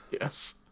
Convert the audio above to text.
Yes